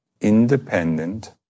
independent